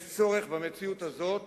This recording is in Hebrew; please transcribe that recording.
יש צורך במציאות הזאת